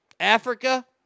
Africa